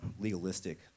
legalistic